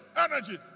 energy